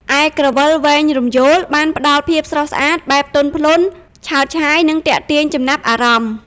ឯក្រវិលវែងរំយោល បានផ្តល់ភាពស្រស់ស្អាតបែបទន់ភ្លន់ ឆើតឆាយ និងទាក់ទាញចំណាប់អារម្មណ៍។